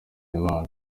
imana